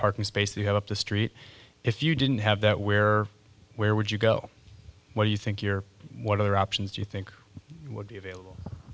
parking space you have up the street if you didn't have that where where would you go where you think you're one of the options you think would be available